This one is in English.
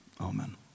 Amen